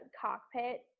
cockpit